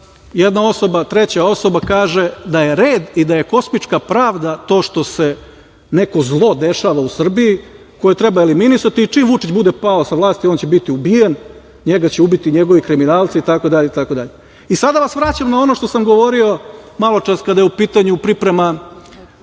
jedna osoba, treća osoba kaže, da je red i da je kosmička pravda to što se neko zlo dešava u Srbiji koje treba eliminisati i čim Vučić bude pao sa vlasti on će biti ubijen, njega će ubiti njegovi kriminalci i tako dalje. Sada vas vraćam na ono što sam govorio malo čas kada je u pitanju priprema,